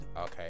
Okay